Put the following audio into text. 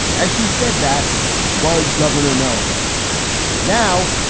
as she said that was governor nome now,